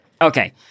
Okay